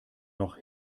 noch